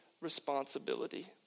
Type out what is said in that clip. responsibility